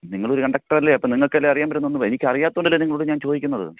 നിങ്ങളൊരു കണ്ടക്ടറല്ലേ അപ്പോൾ നിങ്ങൾക്കല്ലേ അറിയാൻ പറ്റത്തുള്ളൂ എനിക്കറിയാത്തോണ്ടല്ലേ നിങ്ങളോട് ഞാൻ ചോദിക്കുന്നത്